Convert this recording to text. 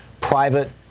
private